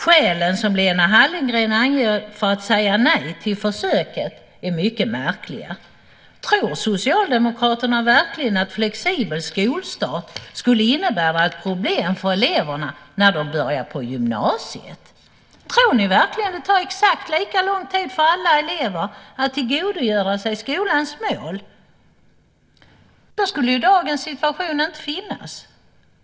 Skälen som Lena Hallengren anger för att säga nej till försöket är mycket märkliga. Tror Socialdemokraterna verkligen att flexibel skolstart skulle innebära ett problem för eleverna när de börjar på gymnasiet? Tror ni verkligen att det tar exakt lika lång tid för alla elever att tillgodogöra sig skolans mål? Då skulle ju dagens situation inte finnas.